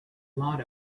lot